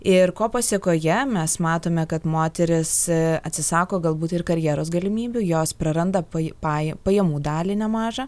ir ko pasekoje mes matome kad moteris atsisako galbūt ir karjeros galimybių jos praranda po pajų pajamų dalį nemažą